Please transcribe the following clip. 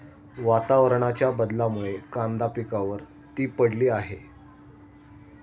वातावरणाच्या बदलामुळे कांदा पिकावर ती पडली आहे